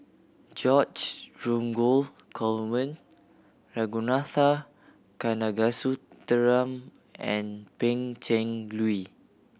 George Dromgold Coleman Ragunathar Kanagasuntheram and Pan Cheng Lui